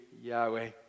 Yahweh